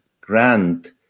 grant